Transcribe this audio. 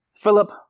Philip